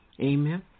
Amen